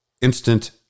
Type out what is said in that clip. instant